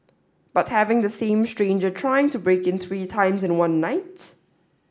but having the same stranger trying to break in three times in one night